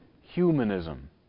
humanism